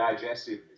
digestive